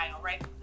right